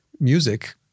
music